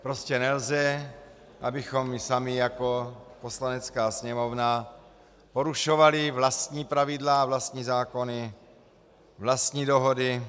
Prostě nelze, abychom my sami jako Poslanecká sněmovna porušovali vlastní pravidla, vlastní zákony, vlastní dohody.